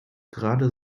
gerade